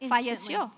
Falleció